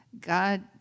God